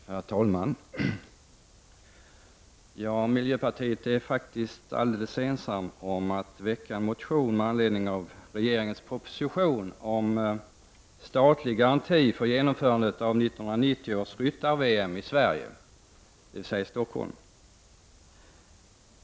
Herr talman! Miljöpartiet är faktiskt alldeles ensamt om att väcka motion med anledning av regeringens proposition om Statlig garanti för genomförandet av 1990 års Ryttar-VM i Sverige, dvs. i Stockholm.